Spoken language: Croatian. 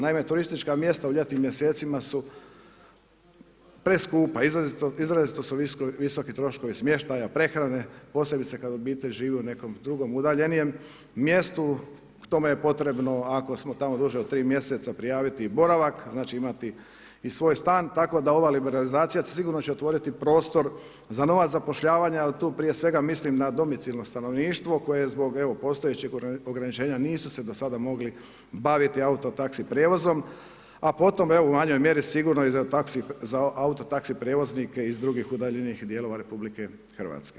Naime turistička mjesta u ljetnim mjesecima su preskupa, izrazito su visoki troškovi smještaja, prehrane, posebice kad obitelj živi u nekim drugom udaljenijem mjestu, tome je potrebno ako smo tamo duže od 3 mjeseca prijaviti i boravak, znači imati i svoj stan, tako da ova liberalizacija sigurno će otvoriti prostor za nova zapošljavanja ali tu prije svega mislim na domicilno stanovništvo koje je zbog postojećeg ograničenja nisu se do sada mogli baviti auto taxi prijevozom a potom u manjoj mjeri sigurno i za auto taxi prijevoznike iz drugih udaljenijih dijelova RH.